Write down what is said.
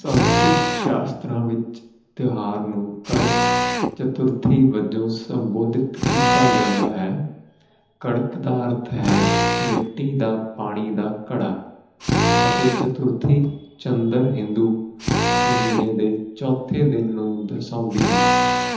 ਸੰਸਕ੍ਰਿਤ ਸ਼ਾਸਤਰਾਂ ਵਿੱਚ ਤਿਉਹਾਰ ਨੂੰ ਕੜਕ ਚਤੁਰਥੀ ਵਜੋਂ ਸੰਬੋਧਿਤ ਕੀਤਾ ਜਾਂਦਾ ਹੈ ਕੜਕ ਦਾ ਅਰਥ ਹੈ ਮਿੱਟੀ ਦਾ ਪਾਣੀ ਦਾ ਘੜਾ ਅਤੇ ਚਤੁਰਥੀ ਚੰਦਰ ਹਿੰਦੂ ਮਹੀਨੇ ਦੇ ਚੌਥੇ ਦਿਨ ਨੂੰ ਦਰਸਾਉਂਦੀ ਹੈ